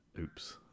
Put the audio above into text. oops